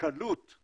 הקלות